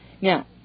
Now